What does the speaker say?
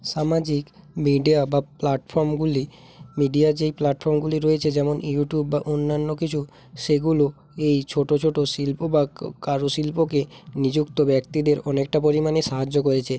সামাজিক মিডিয়া প্লাটফর্মগুলি মিডিয়া যেই প্ল্যাটফর্মগুলি রয়েছে যেমন ইউটিউব বা অন্যান্য কিছু সেগুলো এই ছোটো ছোটো শিল্প বা কারুশিল্পকে নিযুক্ত ব্যক্তিদের অনেকটা পরিমাণে সাহায্য করেছে